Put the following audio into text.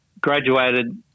graduated